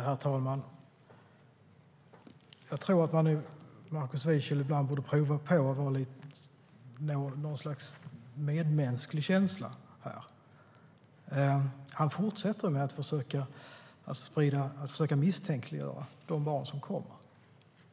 Herr talman! Jag tycker att Markus Wiechel borde pröva på att nå något slags medmänsklig känsla här. Han fortsätter att försöka misstänkliggöra de barn som kommer.